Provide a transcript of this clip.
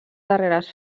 darreres